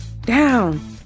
down